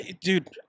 Dude